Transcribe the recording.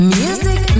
music